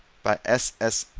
by s s.